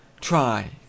Try